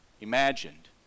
imagined